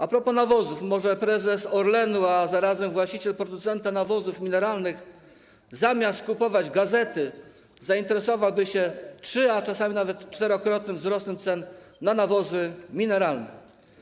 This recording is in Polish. A propos nawozów, może prezes Orlenu, a zarazem właściciel producenta nawozów mineralnych, zamiast kupować gazety, zainteresowałby się trzy-, a czasami nawet czterokrotnym wzrostem cen nawozów mineralnych.